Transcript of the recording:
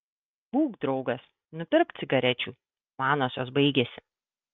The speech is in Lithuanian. būk draugas nupirk cigarečių manosios baigėsi